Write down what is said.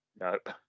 nope